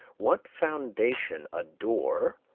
what foundation a door,